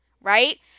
right